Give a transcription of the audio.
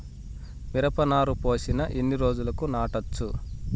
మిరప నారు పోసిన ఎన్ని రోజులకు నాటచ్చు?